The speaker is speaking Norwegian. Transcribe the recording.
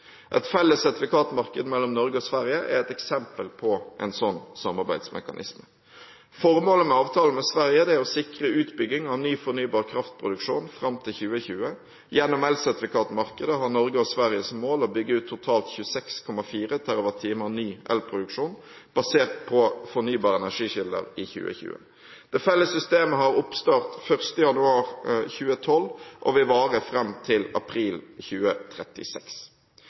Et felles sertifikatmarked mellom Norge og Sverige er et eksempel på en slik samarbeidsmekanisme. Formålet med avtalen med Sverige er å sikre utbygging av ny fornybar kraftproduksjon fram til 2020. Gjennom elsertifikatmarkedet har Norge og Sverige som mål å bygge ut totalt 26,4 TWh ny elproduksjon basert på fornybare energikilder i 2020. Det felles systemet har oppstart 1. januar 2012 og vil vare fram til april 2036.